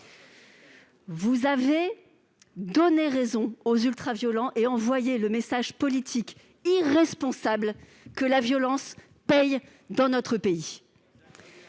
donnant raison aux ultraviolents et envoyant le message politique irresponsable que la violence paye dans notre pays